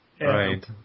right